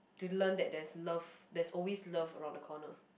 to learn that there's love there's always love around the corner